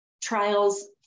trials